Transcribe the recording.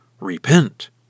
repent